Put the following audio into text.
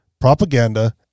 propaganda